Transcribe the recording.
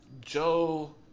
Joe